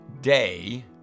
Day